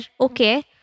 okay